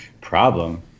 Problem